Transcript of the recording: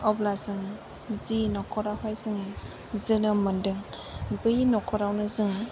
अब्ला जों जि नखरावहाय जोङो जोनोम मोनदों बै नखरावनो जों